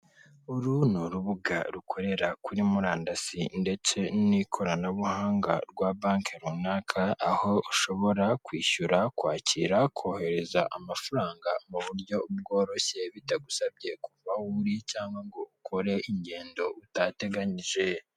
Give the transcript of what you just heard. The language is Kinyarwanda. Uru ni urubuga rukorera kuri murandasi ndetse n'ikoranabuhanga rwa banki runaka, aho ushobora kwishyura, kwakira, kohereza amafaranga mu buryo bworoshye bitagusabye kuva aho uri, cyangwa ngo ukore ingendo utateganyije.